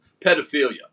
pedophilia